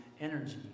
energy